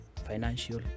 financial